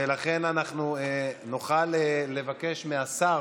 ולכן אנחנו נוכל לבקש מהשר